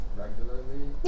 regularly